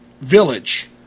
village